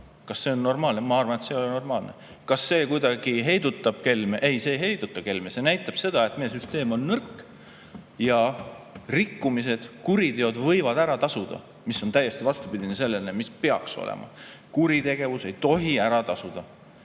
Kas see on normaalne? Ma arvan, et see ei ole normaalne. Kas see kuidagi heidutab kelme? Ei, see ei heiduta kelme. See näitab, et meie süsteem on nõrk ja rikkumised, kuriteod võivad ära tasuda. See on täiesti vastupidine sellele, mis peaks olema. Kuritegevus ei tohi ära tasuda.